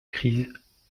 crise